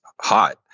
hot